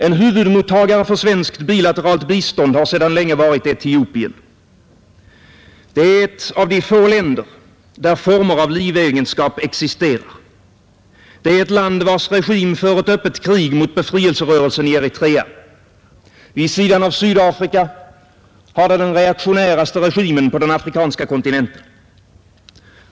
En huvudmottagare för svenskt liberalt bistånd har sedan länge varit Etiopien. Det är ett av de få länder där former av livegenskap existerar. Det är ett land vars regim för ett öppet krig mot befrielserörelsen i Eritrea. Vid sidan av Sydafrika har det den reaktionäraste regimen på den afrikanska kontinenten.